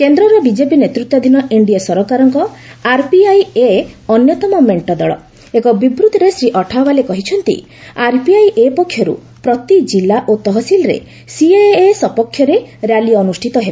କେନ୍ଦ୍ରର ବିକେପି ନେତୃତ୍ୱାଧୀନ ଏନ୍ଡିଏ ସରକାରଙ୍କ ଆର୍ପିଆଇ ଏ' ଅନ୍ୟତମ ମେଣ୍ଟ ଦଳ ଏକ ବିବୃତ୍ତିରେ ଶ୍ରୀ ଅଠାୱାଲେ କହିଛନ୍ତି ଆର୍ପିଆଇ ଏ' ପକ୍ଷରୁ ପ୍ରତି କିଲ୍ଲା ଓ ତହସିଲ୍ରେ ସିଏଏ ସପକ୍ଷରେ ର୍ୟାଲି ଅନୁଷ୍ଠିତ ହେବ